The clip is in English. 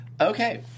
okay